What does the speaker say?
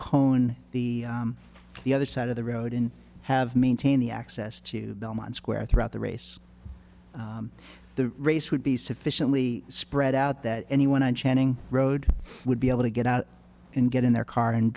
cone the the other side of the road and have maintained the access to belmont square throughout the race the race would be sufficiently spread out that anyone on channing road would be able to get out and get in their car and